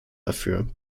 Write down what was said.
dafür